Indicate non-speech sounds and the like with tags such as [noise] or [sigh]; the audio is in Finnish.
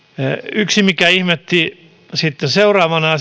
yksi mikä ihmetytti sitten seuraavana [unintelligible]